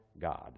God